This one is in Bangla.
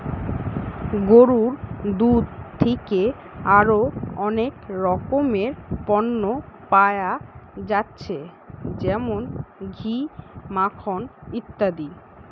গরুর দুধ থিকে আরো অনেক রকমের পণ্য পায়া যাচ্ছে যেমন ঘি, মাখন ইত্যাদি